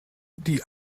die